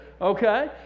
Okay